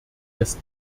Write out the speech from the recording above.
des